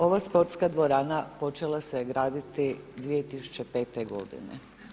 Ova sportska dvorana počela se graditi 2015. godine.